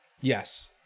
Yes